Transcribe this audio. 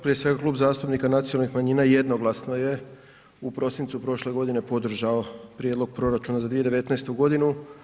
Prije svega Klub zastupnika nacionalnih manjina jednoglasno je u prosincu prošle godine podržao prijedlog proračuna za 2019. godinu.